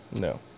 No